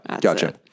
gotcha